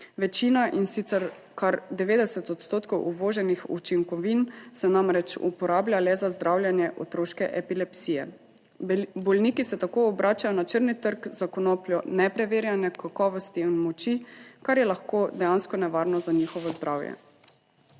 Večina, in sicer kar 90 odstotkov uvoženih učinkovin se namreč uporablja le za zdravljenje otroške epilepsije. Bolniki se tako obračajo na črni trg za konopljo nepreverjene kakovosti in moči, kar je lahko dejansko nevarno za njihovo zdravje.